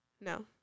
no